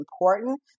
important